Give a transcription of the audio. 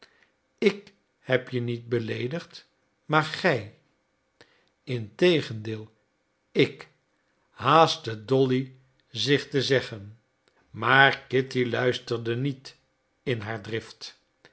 ik heb je niet beleedigd maar gij integendeel ik haastte dolly zich te zeggen maar kitty luisterde niet in haar drift